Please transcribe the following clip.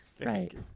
Right